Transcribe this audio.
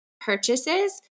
purchases